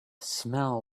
smell